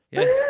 Yes